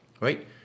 Right